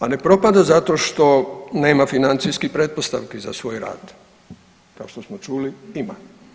A ne propada zato što nema financijske pretpostavke za svoj rad, kao što smo čuli, ima.